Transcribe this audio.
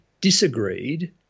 disagreed